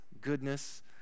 goodness